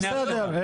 בסדר,